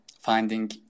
finding